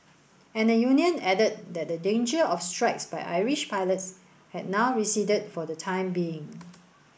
and the union added that the danger of strikes by Irish pilots had now receded for the time being